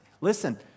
Listen